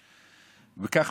וכך,